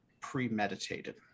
premeditated